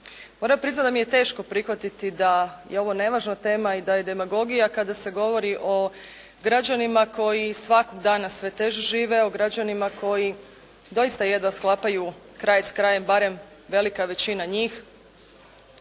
Moram priznati da mi je teško prihvatiti da je ovo nevažna tema i da je demagogija kada se govori o građanima koji svakog dana sve teže žive, o građanima koji doista jedva sklapaju kraj s krajem, barem velika većina njih.